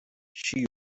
she